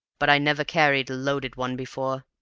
but i never carried loaded one before.